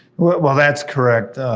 well, that's correct,